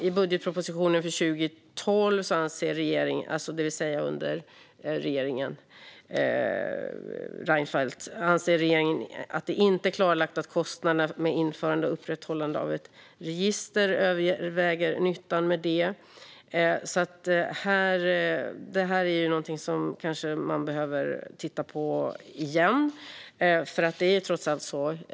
I budgetpropositionen för 2012 anser regeringen Reinfeldt "inte att det är klarlagt att kostnaderna med införandet och upprätthållandet av ett register överväger nyttan med det". Det här är kanske något man bör titta på igen.